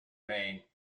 maine